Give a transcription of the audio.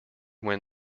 when